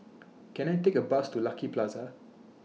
Can I Take A Bus to Lucky Plaza